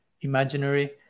imaginary